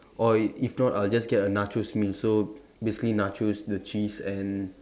or if if not I'll just get a nachos meal so basically nachos the cheese and